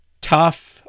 tough